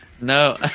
No